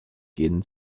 gen